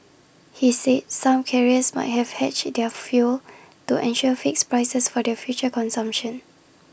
he said some carriers might have hedged their fuel to ensure fixed prices for their future consumption